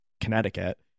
Connecticut